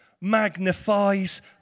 magnifies